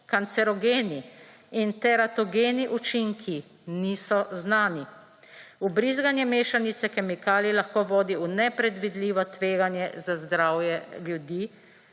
kancerogeni in teratogeni učinki niso znani. Vbrizganje mešanice kemikalij lahko vodi v nepredvidljivo tveganje za zdravje ljudi